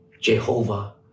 Jehovah